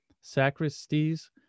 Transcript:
sacristies